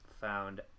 found